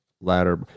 ladder